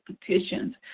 petitions